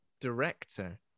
Director